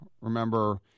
Remember